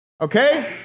okay